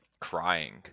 crying